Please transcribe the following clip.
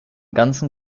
ganzen